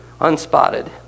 unspotted